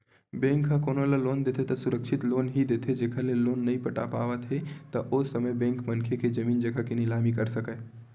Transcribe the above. bank ह कोनो ल लोन देथे त सुरक्छित लोन ही देथे जेखर ले लोन नइ पटा पावत हे त ओ समे बेंक मनखे के जमीन जघा के निलामी कर सकय